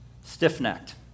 stiff-necked